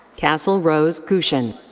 castle rose gushen.